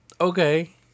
Okay